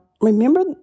remember